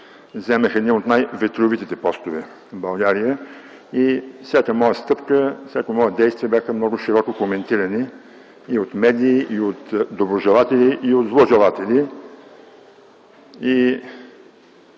заемах едни от най-ветровитите постове в България и всяка моя стъпка, всяко мое действие бяха много широко коментирани и от медии, и от доброжелатели, и от зложелатели.